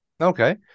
okay